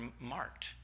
marked